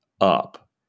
up